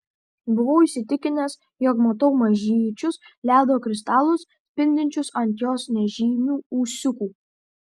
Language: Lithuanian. buvau įsitikinęs jog matau mažyčius ledo kristalus spindinčius ant jos nežymių ūsiukų